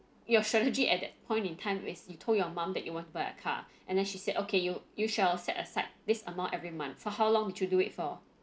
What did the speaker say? your strategy at that point in time as you told your mom that you want to buy a car and then she said okay you you shall set aside this amount every month for how long did you do it for